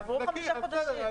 עברו חמישה חודשים.